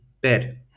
bed